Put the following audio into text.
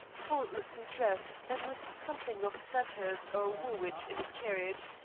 faultlessly dressed, and with something of sandhurst or woolwich in his carriage,